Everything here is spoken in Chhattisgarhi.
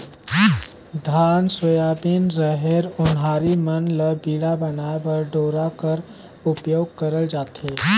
धान, सोयाबीन, रहेर, ओन्हारी मन ल बीड़ा बनाए बर डोरा कर उपियोग करल जाथे